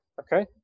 Okay